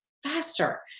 faster